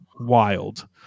wild